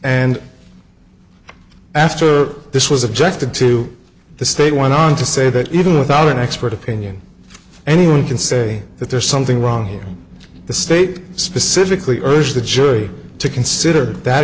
and after this was objected to the state went on to say that even without an expert opinion anyone can say that there's something wrong here the state specifically urged the jury to consider that